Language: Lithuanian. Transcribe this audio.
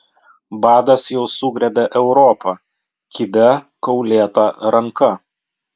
badas jau sugriebė europą kibia kaulėta ranka